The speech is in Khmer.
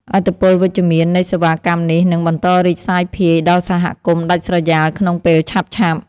ឥទ្ធិពលវិជ្ជមាននៃសេវាកម្មនេះ នឹងបន្តរីកសាយភាយដល់សហគមន៍ដាច់ស្រយាលក្នុងពេលឆាប់ៗ។